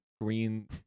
green